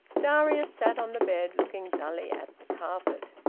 darius sat on the bed, looking dully at the carpet.